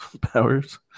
powers